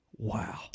Wow